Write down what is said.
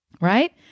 right